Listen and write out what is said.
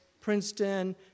Princeton